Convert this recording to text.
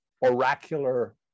oracular